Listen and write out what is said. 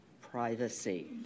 privacy